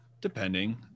Depending